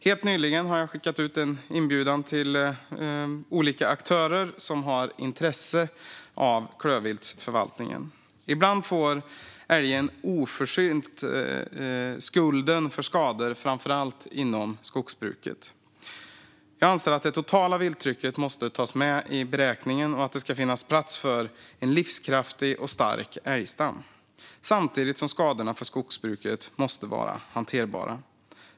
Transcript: Helt nyligen har jag skickat ut en inbjudan till de olika aktörer som har intresse av klövviltsförvaltning. Ibland får älgen oförskyllt skulden för skador, framför allt inom skogsbruket. Jag anser att det totala vilttrycket måste tas med i beräkningen och att det ska finnas plats för en livskraftig och stark älgstam, samtidigt som skadorna för skogsbruket måste vara hanterbara.